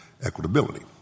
equitability